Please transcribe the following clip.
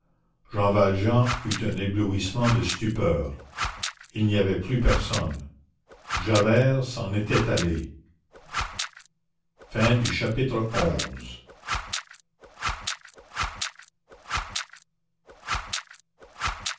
jean valjean eut un éblouissement de stupeur il n'y avait plus personne javert s'en était allé chapitre